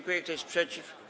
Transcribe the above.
Kto jest przeciw?